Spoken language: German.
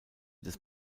des